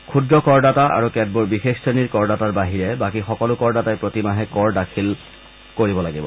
ক্ষুদ্ৰ কৰদাতা আৰু কেতবোৰ বিশেষ শ্ৰেণীৰ কৰদাতাৰ বাহিৰে বাকী সকলো কৰদাতাই প্ৰতিমাহে কৰ দাখিল কৰিব লাগিব